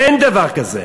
אין דבר כזה.